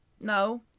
no